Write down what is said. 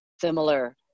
similar